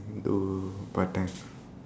do part time